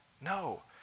No